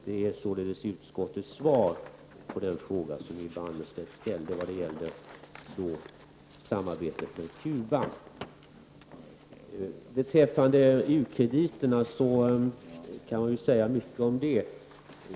Det är således utskottets svar på den fråga som Ylva Annerstedt ställde när det gällde samarbetet med Cuba. U-krediterna kan man säga mycket om.